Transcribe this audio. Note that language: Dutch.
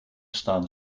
staan